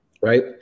Right